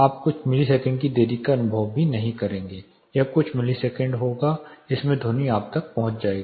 आप कुछ सेकंड की देरी का अनुभव भी नहीं करेंगे यह कुछ मिलीसेकंड होगा जिसमें ध्वनि आप तक पहुंचेगी